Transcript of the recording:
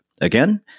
Again